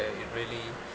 it really